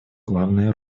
главные